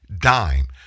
dime